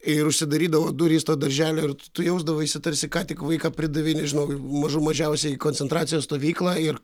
ir užsidarydavo durys to darželio ir tu jausdavaisi tarsi ką tik vaiką pridavei nežinau mažų mažiausiai į koncentracijos stovyklą ir